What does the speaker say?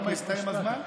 למה, הסתיים הזמן?